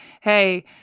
hey